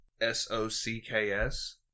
S-O-C-K-S